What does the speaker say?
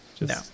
no